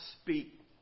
speak